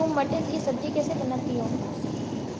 तुम मटर की सब्जी कैसे बनाती हो